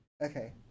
Okay